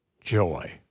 joy